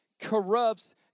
corrupts